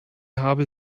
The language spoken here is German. habe